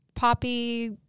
poppy